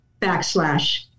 backslash